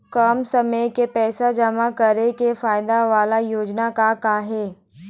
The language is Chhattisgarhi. कम समय के पैसे जमा करे के फायदा वाला योजना का का हे?